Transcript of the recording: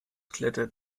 klettert